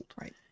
right